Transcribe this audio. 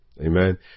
Amen